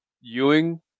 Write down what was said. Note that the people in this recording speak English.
Ewing